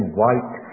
white